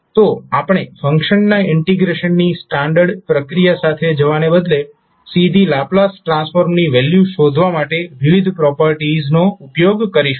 તો આપણે ફંક્શનના ઇન્ટિગ્રેશનની સ્ટાન્ડર્ડ પ્રક્રિયા સાથે જવાને બદલે સીધી લાપ્લાસ ટ્રાન્સફોર્મની વેલ્યુ શોધવા માટે વિવિધ પ્રોપર્ટીઝનો ઉપયોગ કરીશું